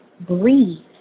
breathe